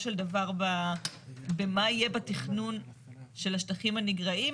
של דבר במה יהיה בתכנון של השטחים הנגרעים,